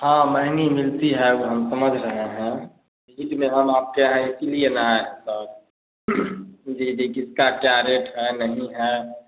हाँ महँगी मिलती है वो हम समझ रहें हैं विजिट में हम आपके यहाँ इसीलिए न आए हैं सर जी जी किसका क्या रेट है नहीं है